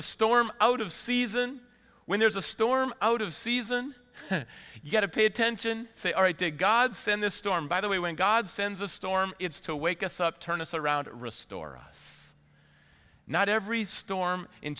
a storm out of season when there's a storm out of season and you get to pay attention say all right to god sin this storm by the way when god sends a storm it's to wake us up turn us around restore us not every storm in